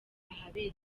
ahabera